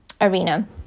arena